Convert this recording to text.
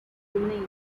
names